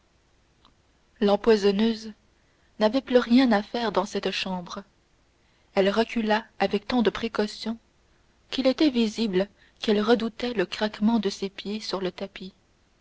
l'empoisonneuse n'avait plus rien à faire dans cette chambre elle recula avec tant de précaution qu'il était visible qu'elle redoutait le craquement de ses pieds sur le tapis